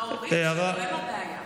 ההורים שלו הם הבעיה.